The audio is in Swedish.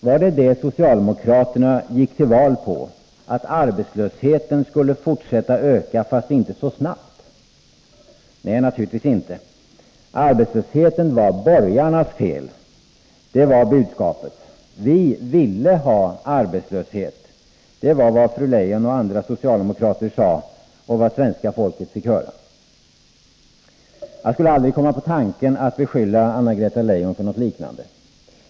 Var det det socialdemokraterna gick till val på, att arbetslösheten skulle fortsätta att öka fast inte så snabbt? Naturligtvis inte. Arbetslösheten var borgarnas fel — det var budskapet. Vi ville ha arbetslöshet, det var vad fru Leijon och andra socialdemokrater sade och vad svenska folket fick höra. Jag skulle aldrig komma på tanken att beskylla Anna-Greta Leijon för något liknande.